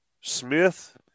Smith